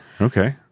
Okay